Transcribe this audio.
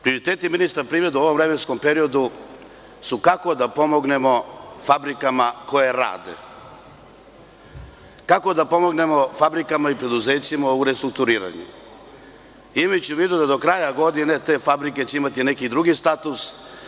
Prioriteti ministra privrede u ovom vremenskom periodu su kako da pomognemo fabrikama koje rade, kako da pomognemo fabrikama i preduzećima u restrukturiranju imajući u vidu da do kraja godine će te fabrike imati neki drugi status.